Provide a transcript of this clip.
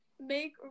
make